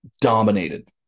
dominated